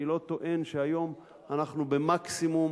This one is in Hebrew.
אני לא טוען שהיום אנחנו במקסימום